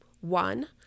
One